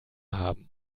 haben